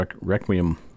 Requiem